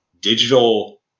Digital